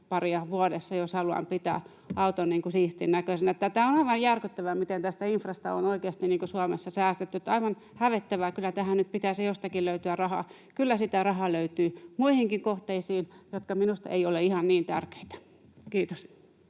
paria vuodessa, jos haluan pitää auton siistin näköisenä. Tämä on aivan järkyttävää, miten tästä infrasta on oikeasti Suomessa säästetty, aivan hävettävää. Kyllä tähän nyt pitäisi jostakin löytyä rahaa. Kyllä sitä rahaa löytyy muihinkin kohteisiin, jotka minusta eivät ole ihan niin tärkeitä. — Kiitos.